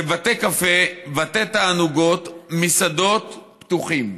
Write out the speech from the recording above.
שבתי קפה, בתי תענוגות ומסעדות, פתוחים,